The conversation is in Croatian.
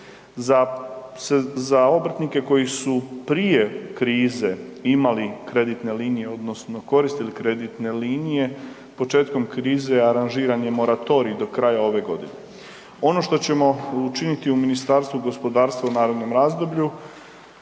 Za obrtnike koji su prije krize imali kreditne linije odnosno koristili kreditne linije, početkom krize aranžiran je moratorij do kraja ove godine. Ono što ćemo učiniti u Ministarstvu gospodarstva u narednom razdoblju